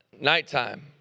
nighttime